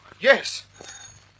Yes